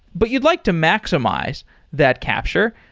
but you'd like to maximize that capture.